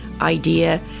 idea